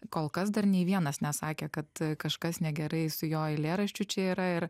kol kas dar nei vienas nesakė kad kažkas negerai su jo eilėraščiu čia yra ir